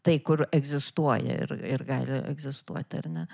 tai kur egzistuoja ir ir gali egzistuoti ar ne